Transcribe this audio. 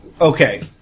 Okay